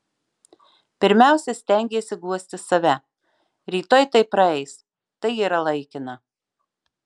pirmiausia stengiesi guosti save rytoj tai praeis tai yra laikina